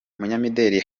umunyamideli